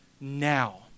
now